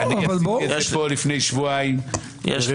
אני עשיתי את זה פה לפני שבועיים ברוויזיות.